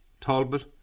Talbot